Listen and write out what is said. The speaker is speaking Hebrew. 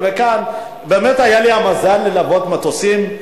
באמת היה לי המזל ללוות מטוסים.